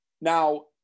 Now